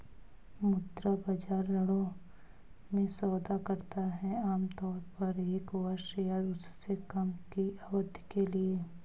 मुद्रा बाजार ऋणों में सौदा करता है आमतौर पर एक वर्ष या उससे कम की अवधि के लिए